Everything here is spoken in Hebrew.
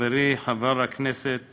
חברי חבר הכנסת